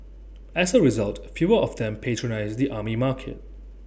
as A result fewer of them patronise the Army Market